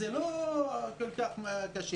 זה לא כל כך קשה,